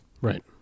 Right